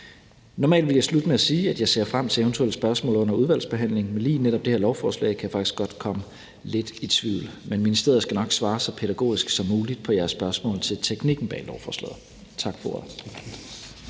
Normalt ville jeg slutte med at sige, at jeg ser frem til eventuelle spørgsmål under udvalgsbehandlingen, men ved lige netop det her lovforslag kan jeg faktisk godt komme lidt i tvivl. Men ministeriet skal nok svare så pædagogisk som muligt på jeres spørgsmål til teknikken bag lovforslaget. Tak for ordet.